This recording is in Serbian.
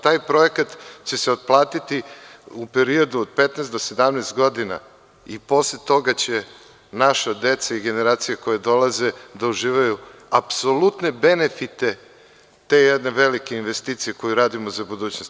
Taj projekat će se otplatiti u periodu od 15 do 17 godina i posle toga će naša deca i generacije koje dolaze da uživaju apsolutne benefite te jedne velike investicije koju radimo za budućnost.